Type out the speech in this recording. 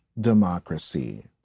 democracy